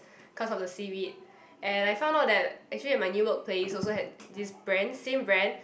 cause of the seaweed and I found out that actually at my new workplace also had this brand same brand